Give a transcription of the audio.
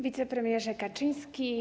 Wicepremierze Kaczyński!